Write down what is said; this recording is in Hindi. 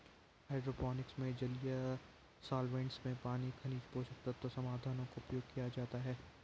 हाइड्रोपोनिक्स में जलीय सॉल्वैंट्स में पानी खनिज पोषक तत्व समाधानों का उपयोग किया जाता है